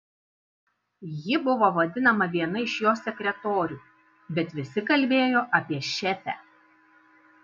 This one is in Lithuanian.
ji buvo vadinama viena iš jo sekretorių bet visi kalbėjo apie šefę